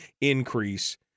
increase